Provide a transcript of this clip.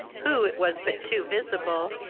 who, it was but too visible,